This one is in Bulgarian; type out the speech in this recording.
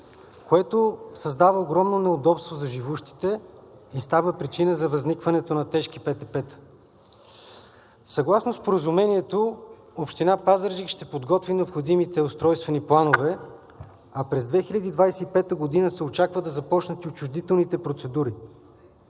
което създава огромно неудобство за живущите и става причина за възникването на тежки пътнотранспортни произшествия. Съгласно споразумението Община Пазарджик ще подготви необходимите устройствени планове, а през 2025 г. се очаква да започнат и отчуждителните процедури.